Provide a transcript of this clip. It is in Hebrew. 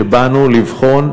באנו לבחון,